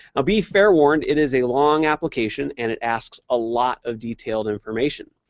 ah be forewarned, it is a long application and it asks a lot of detailed information.